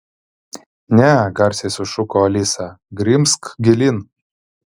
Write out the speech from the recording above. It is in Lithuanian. ne garsiai sušuko alisa grimzk gilyn